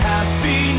Happy